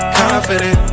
confident